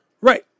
Right